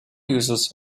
uses